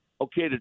okay